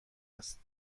است